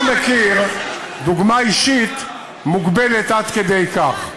אני לא מכיר דוגמה אישית מוגבלת עד כדי כך.